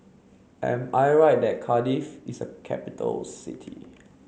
am I right that Cardiff is a capital city